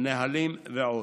הנהלים ועוד.